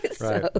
right